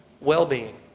well-being